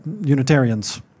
Unitarians